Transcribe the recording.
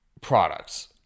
products